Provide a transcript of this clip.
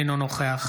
אינו נוכח